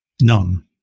None